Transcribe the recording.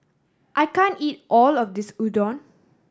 I can't eat all of this Udon